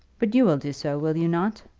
but you will do so will you not?